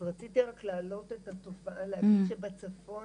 אז רציתי רק להעלות את התופעה, להגיד שבצפון,